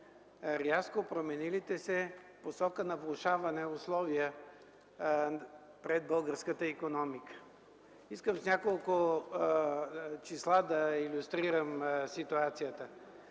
рязко променилите се в посока на влошаване условия пред българската икономика. Искам с няколко числа да илюстрирам ситуацията.